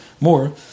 more